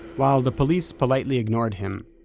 while the police politely ignored him,